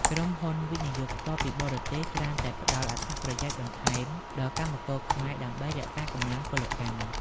ក្រុមហ៊ុន វិនិយោគផ្ទាល់ពីបរទេស ច្រើនតែផ្ដល់ "អត្ថប្រយោជន៍បន្ថែម" ដល់កម្មករខ្មែរដើម្បីរក្សាកម្លាំងពលកម្ម។